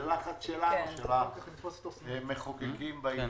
זה לחץ שלנו, של המחוקקים, בעניין.